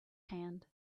hand